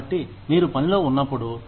కాబట్టి మీరు పనిలో ఉన్నప్పుడు